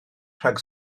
rhag